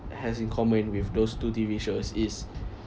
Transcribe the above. has in common with those two T_V shows is